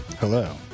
Hello